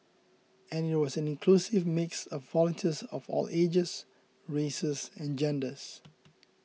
and it was an inclusive mix of volunteers of all ages races and genders